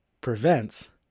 prevents